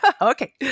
Okay